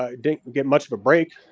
ah didn't get much of a break.